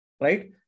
Right